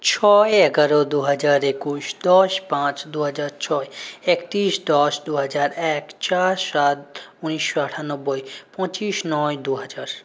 ছয় এগার দুহাজার একুশ দশ পাঁচ দুহাজার ছয় একত্রিশ দশ দুহাজার এক চার সাত উনিশশো আটানব্বই পঁচিশ নয় দুহাজার